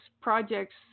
projects